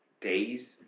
days